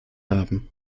haben